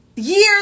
years